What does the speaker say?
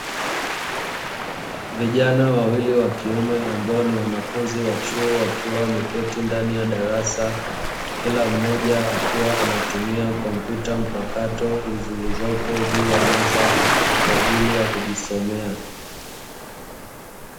Vijana wawili wakiume, ambao ni wanafunzi wa chuo, wakiwa wameketi ndani ya darasa, kila mmoja akiwa anatumia kompyuta mpakato zilizopo juu ya meza, kwa ajili ya kujisomea.